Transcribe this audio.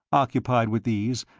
occupied with these,